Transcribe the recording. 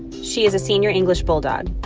she is a senior english bulldog.